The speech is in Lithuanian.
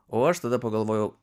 o aš tada pagalvojau